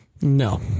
No